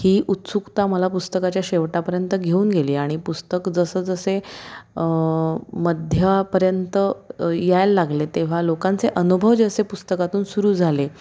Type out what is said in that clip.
ही उत्सुकता मला पुस्तकाच्या शेवटापर्यंत घेऊन गेली आणि पुस्तक जसं जसे मध्यापर्यंत यायला लागलं तेव्हा लोकांचे अनुभव जसे पुस्तकातून सुरू झाले